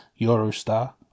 Eurostar